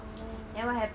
oh